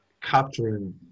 capturing